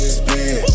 spin